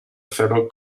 fellow